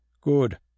good